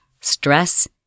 stress